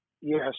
Yes